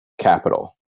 capital